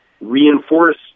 reinforce